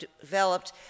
developed